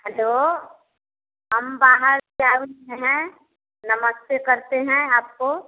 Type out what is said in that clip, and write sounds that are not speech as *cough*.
hello हम बाहर *unintelligible* हैं नमस्ते करते हैं आपको